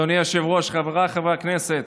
אדוני היושב-ראש, חבריי חברי הכנסת,